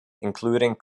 including